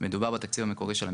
מדובר בתקציב המקורי של המשרד.